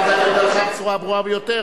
הבהרת את עמדתך בצורה הברורה ביותר.